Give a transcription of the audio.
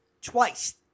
twice